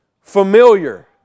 familiar